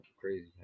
crazy